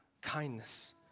Kindness